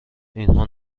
اینها